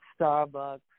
Starbucks